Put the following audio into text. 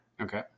Okay